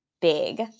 big